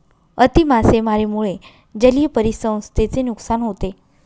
अति मासेमारीमुळे जलीय परिसंस्थेचे नुकसान होते